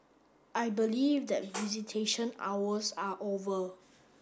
I believe that visitation hours are over